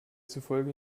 zufolge